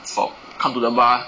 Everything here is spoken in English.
for come to the bar